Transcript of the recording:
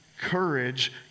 courage